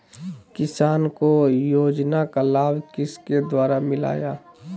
किसान को योजना का लाभ किसके द्वारा मिलाया है?